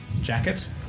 jacket